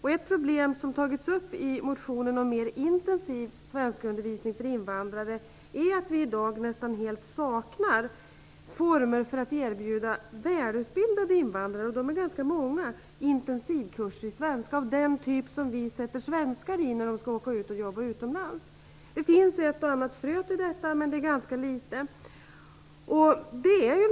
I motionen som handlar om mer intensiv svenskundervisning för invandrare tar man upp problemet med att vi i dag nästan helt saknar former för att erbjuda välutbildade invandrare - och de är ganska många - intensivkurser i svenska av den typ som svenskar som skall jobba utomlands sätts i. Det finns ett och annat frö till detta, men omfattningen är ganska liten.